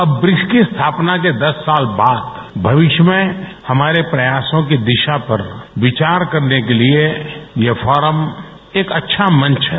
अब ब्रिक्स की स्थापना के दस साल बाद भविष्य में हमारे प्रयासों की दिशा पर विचार करने के लिए यह फोरम एक अच्छा मंच है